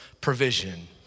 provision